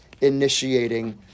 initiating